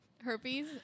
Herpes